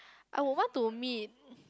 I would want to meet